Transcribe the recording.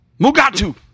Mugatu